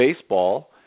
baseball